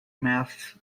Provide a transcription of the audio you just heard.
maths